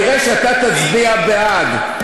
מיקי, אתה תראה שאתה תצביע בעד.